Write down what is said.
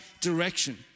direction